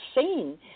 seen